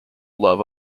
love